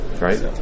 right